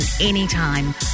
anytime